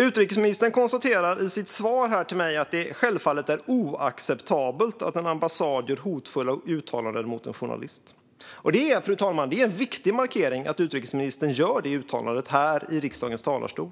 Utrikesministern konstaterar i sitt svar till mig att det självfallet är oacceptabelt att en ambassad gör hotfulla uttalanden mot en journalist. Det är, fru talman, en viktig markering att utrikesministern gör detta uttalande här i riksdagens talarstol.